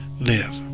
live